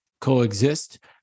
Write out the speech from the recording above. coexist